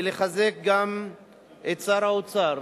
ולחזק גם את שר האוצר,